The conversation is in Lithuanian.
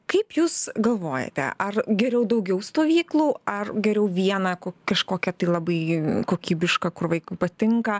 kaip jūs galvojate ar geriau daugiau stovyklų ar geriau vieną kažkokią tai labai kokybišką kur vaikui patinka